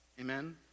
amen